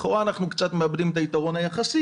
לכאורה אנחנו קצת מאבדים כאן את היתרון היחסי